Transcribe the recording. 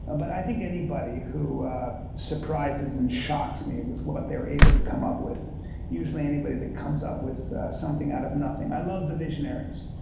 but i think anybody who surprises and shocks me with what they're able able to come up with usually anybody that comes up with something out of nothing. i love the visionaries.